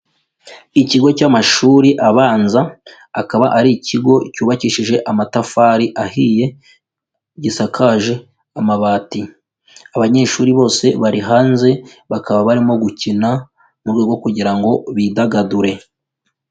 Ikigo cy'amashuri abanza, akaba ari ikigo cyubakishije amatafari ahiye, gisakaje amabati. Abanyeshuri bose bari hanze bakaba barimo gukina mu rwego kugira ngo bidagadure.